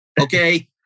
Okay